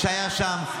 שהיה שם.